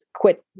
quit